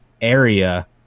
area